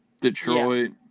Detroit